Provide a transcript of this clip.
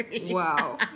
wow